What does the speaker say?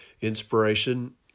Inspiration